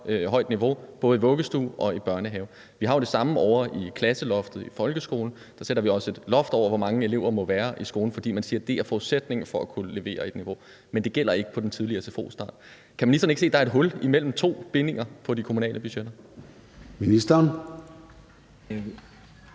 højt niveau i både vuggestue og i børnehave. Vi har jo det samme ovre i klasseloftet i folkeskolen, hvor vi også sætter et loft over, hvor mange elever der må være i klassen, fordi man siger, at det er forudsætningen for at kunne levere et niveau, men det gælder ikke for den tidlige sfo-start. Kan ministeren ikke se, at der er et hul mellem to bindinger på de kommunale budgetter? Kl.